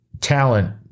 talent